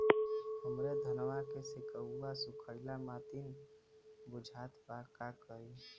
हमरे धनवा के सीक्कउआ सुखइला मतीन बुझात बा का करीं?